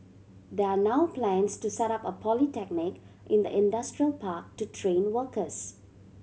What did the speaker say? there are now plans to set up a polytechnic in the industrial park to train workers